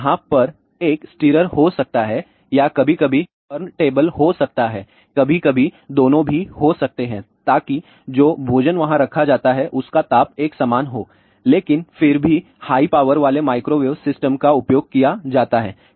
अब यहाँ पर एक स्टिरर हो सकता है या कभी कभी टर्नटेबल हो सकता है कभी कभी दोनों भी हो सकते हैं ताकि जो भोजन वहाँ रखा जाता है उसका ताप एक समान हो लेकिन फिर भी हाई पावर वाले माइक्रोवेव सिस्टम का उपयोग किया जाता है